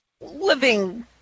living